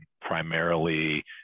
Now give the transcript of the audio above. primarily